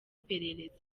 iperereza